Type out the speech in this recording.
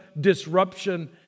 disruption